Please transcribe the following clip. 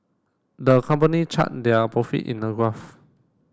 the company chart their profit in a graph